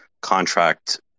contract